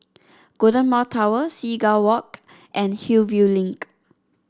Golden Mile Tower Seagull Walk and Hillview Link